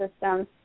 system